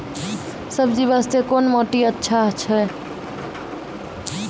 सब्जी बास्ते कोन माटी अचछा छै?